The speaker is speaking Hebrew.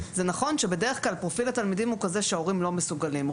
זה נכון שבדרך-כלל פרופיל התלמידים הוא כזה שרובם לא מסוגלים לשלם.